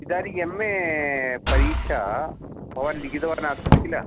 इदानीम् M A परीक्षां भवान् लिखितवान् आसीत् किल